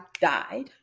died